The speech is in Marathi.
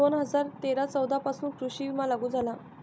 दोन हजार तेरा चौदा पासून कृषी विमा लागू झाला